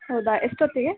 ಹೌದಾ ಎಷ್ಟೊತ್ತಿಗೆ